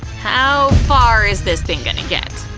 how far is this thing gonna get?